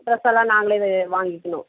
ட்ரெஸெல்லாம் நாங்களே வாங்கிக்கணும்